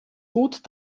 gut